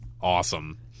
Awesome